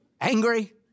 angry